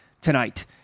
tonight